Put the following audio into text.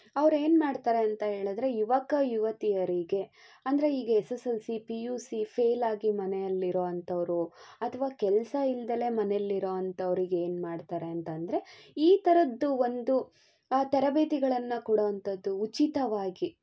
ಅವ್ರು ಏನು ಮಾಡ್ತಾರೆ ಅಂತ ಹೇಳಿದ್ರೆ ಯುವಕ ಯುವತಿಯರಿಗೆ ಅಂದರೆ ಇವಾಗ S S L C P U C ಫೇಲಾಗಿ ಮನೆಯಲ್ಲಿರುವಂಥವ್ರು ಅಥವಾ ಕೆಲಸ ಇಲ್ದೆ ಮನೆಯಲ್ಲಿರುವಂಥವ್ರಿಗೆ ಏನು ಮಾಡ್ತಾರೆ ಅಂತ ಅಂದರೆ ಈ ಥರದ್ದು ಒಂದು ತರಬೇತಿಗಳನ್ನು ಕೊಡುವಂತದ್ದು ಉಚಿತವಾಗಿ